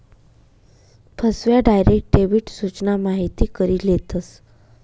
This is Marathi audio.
फसव्या, डायरेक्ट डेबिट सूचना माहिती करी लेतस